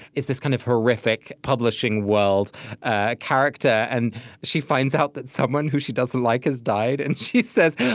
is this kind of horrific, publishing-world ah character. and she finds out that someone who she doesn't like has died, and she says,